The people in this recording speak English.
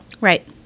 Right